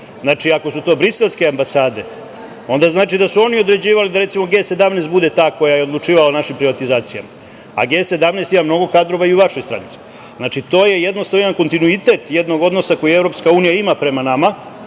Znači ako su to briselske ambasade, onda znači da su oni određivali da recimo G17 bude ta koja je odlučivala o našim privatizacijama. A, G17 ima mnogo kadrova i u vašoj stranci. To je jedan kontinuitet jednog odnosa koji EU ima prema nama,